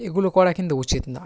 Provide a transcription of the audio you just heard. এগুলো করা কিন্তু উচিত না